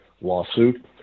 lawsuit